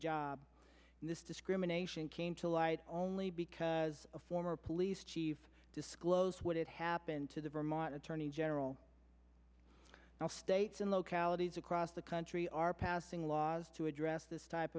job and this discrimination came to light only because a former police chief disclose what had happened to the vermont attorney general now states and localities across the country are passing laws to address this type